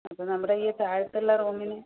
അപ്പോൾ നമ്മുടെ ഈ താഴെത്തുള്ള റൂമിൽ